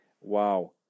wow